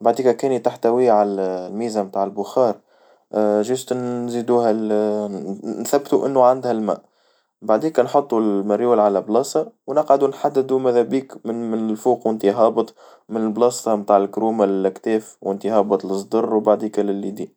بعد كدا كإني تحتوي على الميزة متاع البخار، جست نزيدوها لنثبتو إنو عندها الماء، بعديكا نحطو المريول على بلاصة، ونقعدو نحددو مذابيك من من الفوق وانتي هابط من البلاصة نتاع الكرومة للأكتاف وانتي هبط للجدر وبعديكا للأيدين.